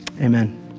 amen